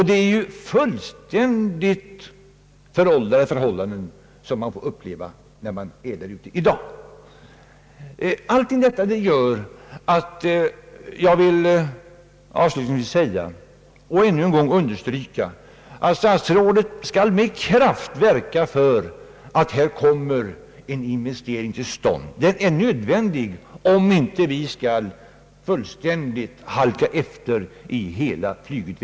Det är fullständigt föråldrade förhållanden man får uppleva på Arlanda i dag. Allt detta gör att jag avslutningsvis än en gång vill understryka att statsrådet med kraft bör verka för att en investering här kommer till stånd. Den är nödvändig om inte hela flygutvecklingen i landet skall halka efter fullkomligt.